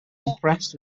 impressed